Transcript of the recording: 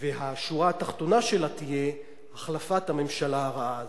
והשורה התחתונה של ה"תהיה" החלפת הממשלה הרעה הזאת.